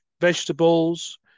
vegetables